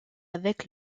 avec